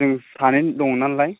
जों सानै दङ नालाय